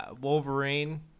Wolverine